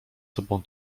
sobą